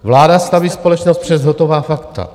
Vláda staví společnost před hotová fakta.